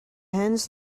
hens